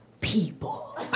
people